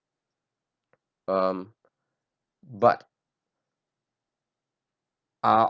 um but ah